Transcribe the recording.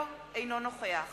אינו נוכח